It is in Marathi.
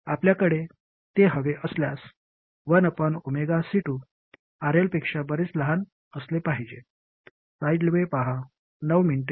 तर आपल्याकडे ते हवे असल्यास 1C2 RL पेक्षा बरेच लहान असले पाहिजे